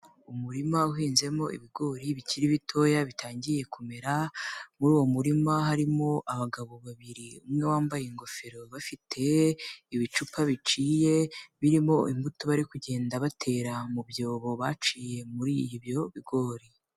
Umurima uhinzemo ibigori bikiri bitoya bitangiye kumera, muri uwo murima harimo abagabo babiri, umwe wambaye ingofero afite ibicupa biciye birimo imbuto bari kugenda batera mu byobo baciye muri ibyo bigori.